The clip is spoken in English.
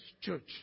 church